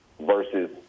versus